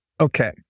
okay